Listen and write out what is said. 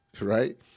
right